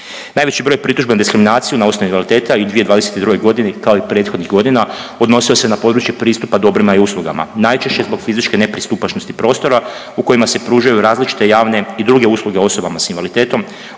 Najveći broj pritužbi na diskriminaciju na osnovi invaliditeta i 2022. godini kao i prethodnih godina, odnosio se na područje pristupa dobrima i uslugama, najčešće zbog fizičke nepristupačnosti prostora u kojima se pružaju različite javne i druge usluge osobama s invaliditetom,